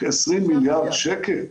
זה